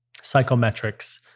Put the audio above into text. psychometrics